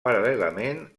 paral·lelament